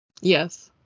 yes